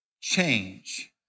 change